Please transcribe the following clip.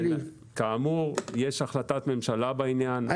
כאמור, יש החלטת ממשלה בעניין.